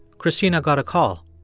cristina got a call.